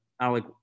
Alec